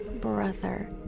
brother